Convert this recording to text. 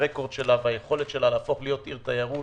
הרקורד שלה והיכולת שלה להפוך להיות עיר תיירות